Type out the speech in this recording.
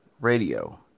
Radio